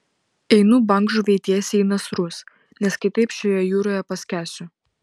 einu bangžuvei tiesiai į nasrus nes kitaip šioje jūroje paskęsiu